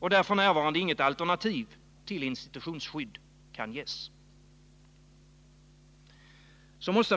och där f. n. inget alternativ till institutionsskydd kan ges.